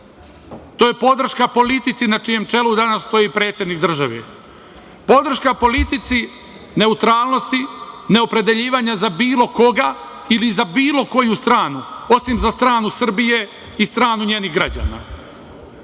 to je podrška politici na čijem čelu danas stoji predsednik države, podrška politici neutralnosti, neopredeljivanja za bilo koga ili za bilo koju stranu, osim za stranu Srbije i stranu njenih građana.